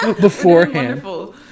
beforehand